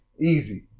easy